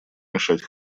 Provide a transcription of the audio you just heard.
мешать